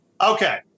Okay